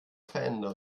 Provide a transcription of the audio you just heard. verändert